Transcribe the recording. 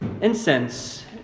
Incense